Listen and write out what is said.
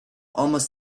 almost